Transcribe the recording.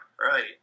right